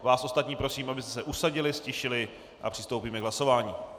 Vás ostatní prosím, abyste se usadili, ztišili, a přistoupíme k hlasování.